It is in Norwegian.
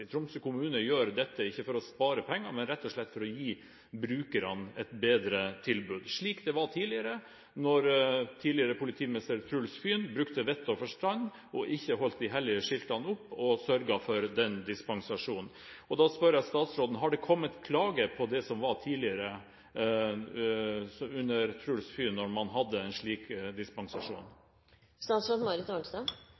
Tromsø kommune gjør ikke dette for å spare penger, men rett og slett for å gi brukerne et bedre tilbud, slik det var tidligere da tidligere politimester Truls Fyhn brukte vett og forstand og ikke holdt opp de hellige skiltene – og sørget for den dispensasjonen. Da spør jeg statsråden: Har det kommet klage på det som var tidligere under Truls Fyhn, da man hadde en slik